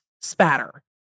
spatter